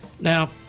Now